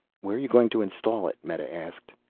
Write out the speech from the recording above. where are you going to install it? meta asked.